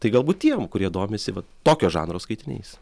tai galbūt tiem kurie domisi va tokio žanro skaitiniais